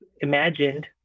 imagined